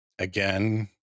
Again